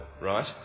right